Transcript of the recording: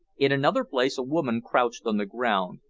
in another place a woman crouched on the ground,